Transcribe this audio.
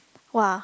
!wah!